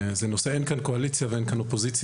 הנושא הזה אין כאן קואליציה ואין כאן אופוזיציה.